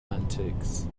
antics